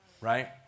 right